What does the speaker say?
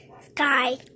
Sky